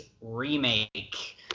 remake